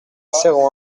zéro